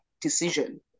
decision